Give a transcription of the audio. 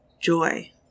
joy